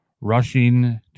rushing